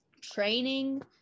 training